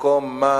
במקום מה